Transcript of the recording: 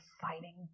fighting